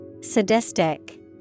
Sadistic